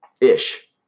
ish